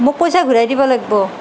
মোক পইচা ঘূৰাই দিব লাগিব